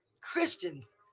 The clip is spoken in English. Christians